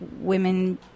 women